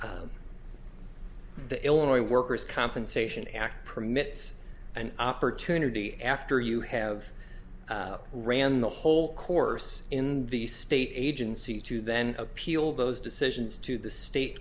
the illinois workers compensation act permits an opportunity after you have ran the whole course in the state agency to then appeal those decisions to the state